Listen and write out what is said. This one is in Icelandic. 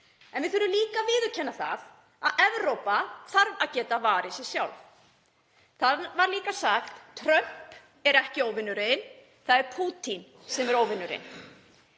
en við þurfum líka að viðurkenna að Evrópa þarf að geta varið sig sjálf. Þar var líka sagt: Trump er ekki óvinurinn, það er Pútín sem er óvinurinn.